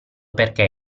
perché